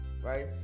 right